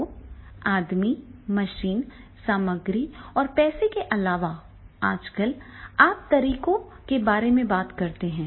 तो आदमी मशीन सामग्री और पैसे के अलावा आजकल आप तरीकों के बारे में बात करते हैं